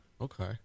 Okay